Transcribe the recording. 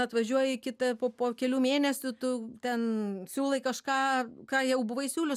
atvažiuoji kitą po po kelių mėnesių tu ten siūlai kažką ką jau buvai siūlius